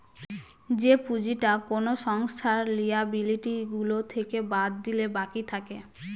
যে পুঁজিটা কোনো সংস্থার লিয়াবিলিটি গুলো থেকে বাদ দিলে বাকি থাকে